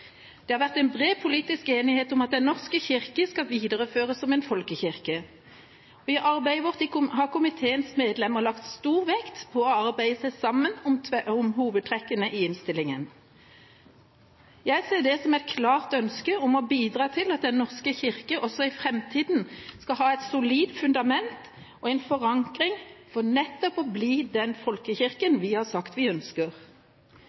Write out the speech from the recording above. Det har vært en bred politisk enighet om at Den norske kirke skal videreføres som en folkekirke. I arbeidet vårt har komiteens medlemmer lagt stor vekt på å arbeide seg sammen om hovedtrekkene i innstillingen. Jeg ser det som et klart ønske om å bidra til at Den norske kirke også i framtida skal ha et solid fundament og en forankring for nettopp å bli den folkekirken vi har sagt at vi ønsker.